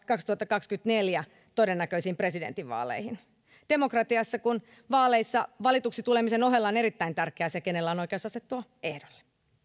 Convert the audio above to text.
kaksituhattakaksikymmentäneljä todennäköisiin presidentinvaaleihin demokratiassa kun vaaleissa valituksi tulemisen ohella on erittäin tärkeää se kenellä on oikeus asettua ehdolle